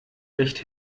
recht